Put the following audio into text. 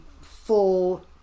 full